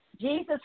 Jesus